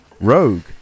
Rogue